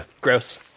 Gross